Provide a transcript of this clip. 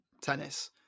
tennis